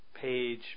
page